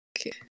Okay